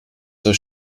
der